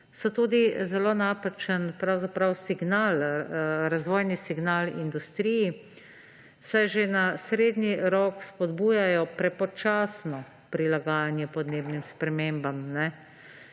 so tudi zelo napačen razvojni signal industriji, saj že na srednji rok spodbujajo prepočasno prilagajanje podnebnim spremembam